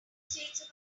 states